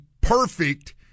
perfect